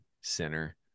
center